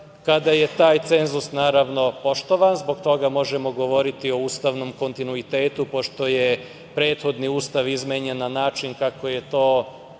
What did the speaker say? kada je taj cenzus, naravno, poštovan. Zbog toga možemo govoriti o ustavnom kontinuitetu, pošto je prethodni Ustav izmenjen na način kako je to